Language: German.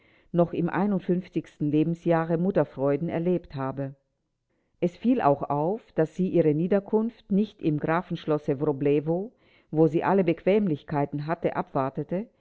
noch im lebensjahre bensjahre mutterfreuden erlebt habe es fiel auch auf daß sie ihre niederkunft nicht im grafenschlosse wroblewo wo sie alle bequemlichkeiten hatte abwartete